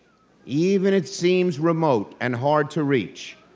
even it seems remote and hard to reach,